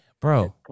Bro